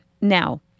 Now